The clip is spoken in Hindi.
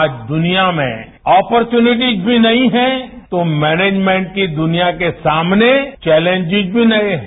आज दुनिया में अपॉर्चयूनिटी भी नई हैऔर मैनेजमेंट की दुनिया के सामने चौलेजिस भी नए है